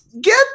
Get